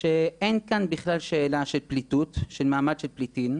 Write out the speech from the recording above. שאין כאן בכלל שאלה של פליטות, של מעמד של פליטים.